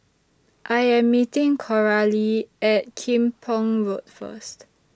I Am meeting Coralie At Kim Pong Road First